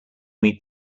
meet